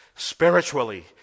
Spiritually